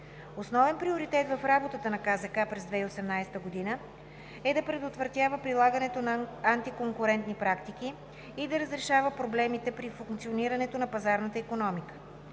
Основен приоритет в работата на КЗК през 2018 г. е да предотвратява прилагането на антиконкурентни практики и да разрешава проблемите при функционирането на пазарната икономика.